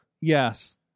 Yes